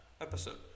episode